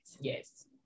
Yes